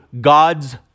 God's